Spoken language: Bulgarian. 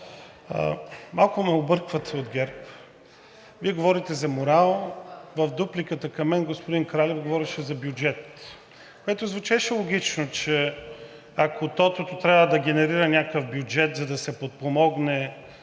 малко ме обърквате от ГЕРБ. Вие говорите за морал, в дупликата към мен господин Кралев говореше за бюджет, което звучеше логично, че ако тотото трябва да генерира някакъв бюджет, за да се подпомогне